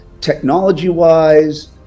technology-wise